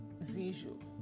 visual